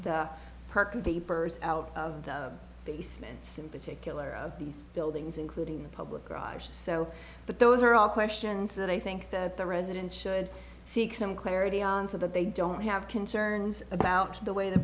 vapors out of the basements in particular of these buildings including the public garage so but those are all questions that i think that the residents should seek some clarity on to that they don't have concerns about the way the